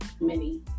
mini-